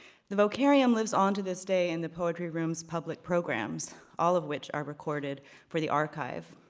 the vocarium lives on to this day in the poetry room's public programs, all of which are recorded for the archive.